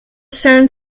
sand